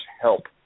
help